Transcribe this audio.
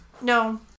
no